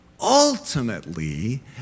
ultimately